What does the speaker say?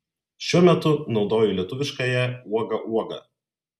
šiuo metu naudoju lietuviškąją uoga uoga